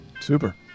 Super